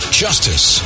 justice